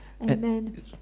Amen